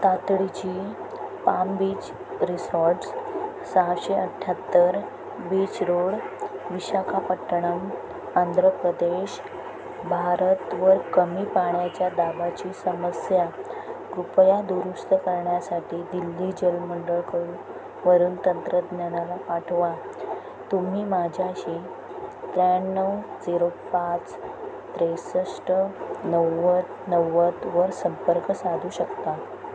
तातडीची palm beach resorts सहाशे अठ्याहत्तर बीच रोड विशाखापट्टणम आंध्र प्रदेश भारतवर कमी पाण्याच्या दाबाची समस्या कृपया दुरुस्त करण्यासाठी दिल्ली जलमंडळकडून वरून तंत्रज्ञानाला पाठवा तुम्ही माझ्याशी त्र्याण्णव झिरो पाच त्रेसष्ट नव्वद नव्वदवर संपर्क साधू शकता